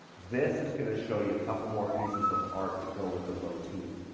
this is gonna show you a couple more pieces of art that go with the motif.